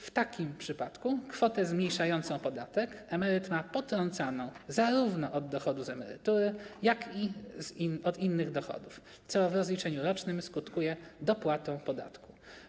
W takim przypadku kwotę zmniejszającą podatek emeryt ma potrącaną zarówno od dochodu z emerytury, jak i od innych dochodów, co w rozliczeniu rocznym skutkuje dopłatą podatku.